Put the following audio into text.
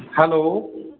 hello